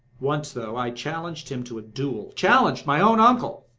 once, though, i challenged him to a duel, challenged my own uncle!